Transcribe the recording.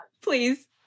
Please